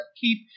Keep